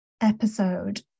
episode